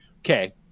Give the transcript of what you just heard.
Okay